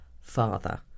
father